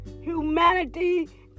humanity